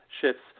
shifts